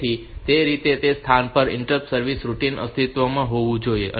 તેથી તે રીતે તે સ્થાન પર ઇન્સ્ટરપ્ટ સર્વિસ રૂટિન અસ્તિત્વમાં હોવું જોઈએ